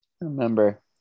remember